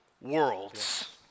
worlds